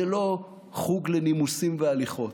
זה לא חוג לנימוסים והליכות.